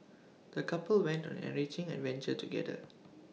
the couple went on an enriching adventure together